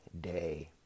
day